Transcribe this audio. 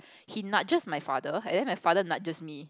he nudges my father and then my father nudges me